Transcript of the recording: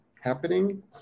happening